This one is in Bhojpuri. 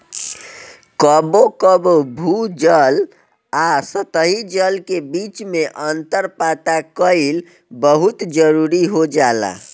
कबो कबो भू जल आ सतही जल के बीच में अंतर पता कईल बहुत जरूरी हो जाला